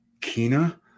Kina